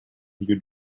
new